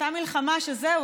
אותה מלחמה שזהו,